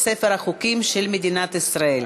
בסדר,